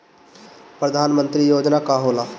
परधान मंतरी योजना का होला?